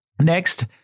Next